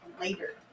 later